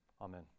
Amen